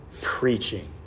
preaching